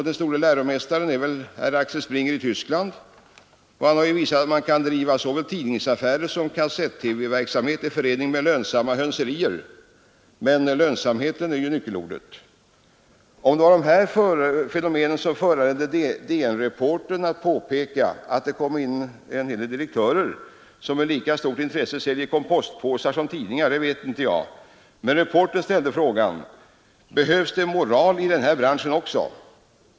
Den store läromästaren herr Axel Springer i Tyskland har visat att han kan driva såväl tidningsaffärer som kassett-TV-verksamhet i förening med lönsamma hönserier. Lönsamhet är nyckelordet! Om det var dessa fenomen som föranledde DN-reportern att påpeka att det kommit in en massa direktörer som med lika stort intresse säljer kompostpåsar som tidningar vet jag inte. Men reportern ställde frågan: ”Behövs det inte moral i den här branschen också?